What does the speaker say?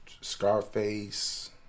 Scarface